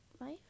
life